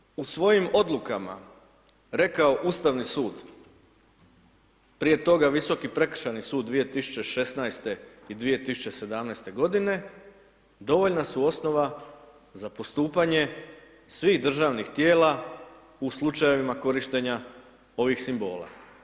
Ono što je u svojim odlukama rekao Ustavni sud, prije toga Visoki prekršajni sud 2016. i 2017. godine, dovoljna su osnova za postupanje svih državnih tijela u slučajevima korištenja ovih simbola.